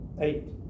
Eight